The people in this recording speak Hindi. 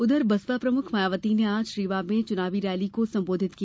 उधर बसपा प्रमुख मायावती ने आज रीवा में चुनाव रैली को संबोधित किया